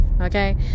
okay